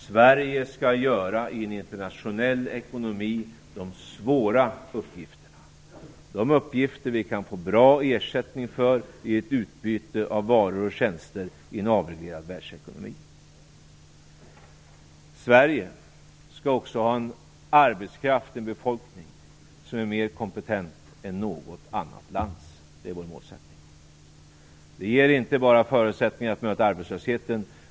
Sverige skall i en internationell ekonomi utföra de svåra uppgifterna, dem som vi kan få bra ersättning för i ett utbyte av varor och tjänster i en avreglerad världsekonomi. Vår målsättning är också att Sverige skall ha en befolkning och en arbetskraft som är mer kompetent än något annat lands. Det ger inte bara förutsättningar för att få ned arbetslösheten.